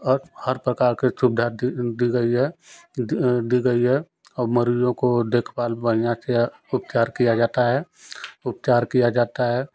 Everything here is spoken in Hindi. हर प्रकार की सुविधा दी गई है दी गई है और मरीजों को देखभाल बढ़ियाँ से उपचार किया जाता है उपचार किया जाता है